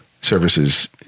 services